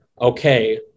okay